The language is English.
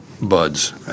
buds